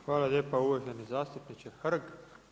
Hvala lijepa uvaženi zastupniče Hrg.